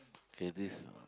with this